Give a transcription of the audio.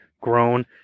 grown